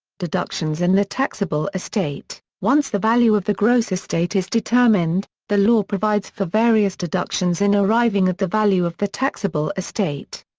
deductions and the taxable estate once the value of the gross estate is determined, the law provides for various deductions in arriving at the value of the taxable estate.